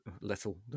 little